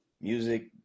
music